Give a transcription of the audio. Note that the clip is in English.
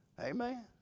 Amen